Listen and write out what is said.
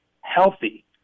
healthy